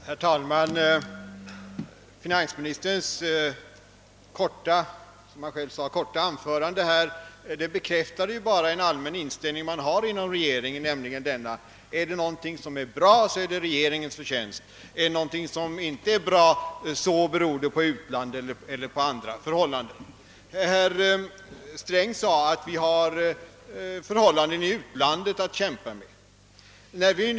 Herr talman! I sitt som finansministern själv sade korta anförande bekräftåde han ju bara regeringens allmänna inställning: om någonting är bra, så är det regeringens förtjänst; om någonting inte är bra, beror det på förhållanden i utlandet. Vi har förhållandena i utlandet att kämpa mot, sade herr Sträng.